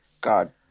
God